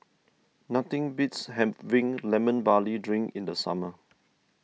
nothing beats having Lemon Barley Drink in the summer